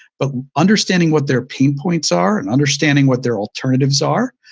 but understanding what their pain points are, and understanding what their alternatives are,